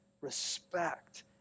respect